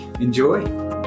Enjoy